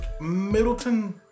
Middleton